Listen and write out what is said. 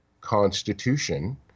constitution